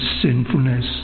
sinfulness